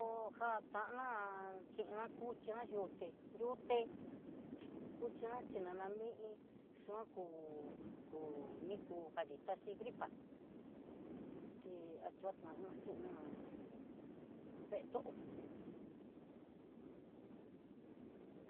Koo jan tana, kina ku china yu'u yuté yuté kunana chinana mí'i xon ku ku niku kadi taxi gripa té atu'á nana kena vee tó.